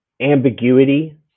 ambiguity